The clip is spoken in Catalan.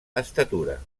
estatura